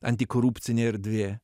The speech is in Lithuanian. antikorupcinė erdvė